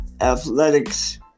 athletics